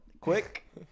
Quick